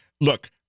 Look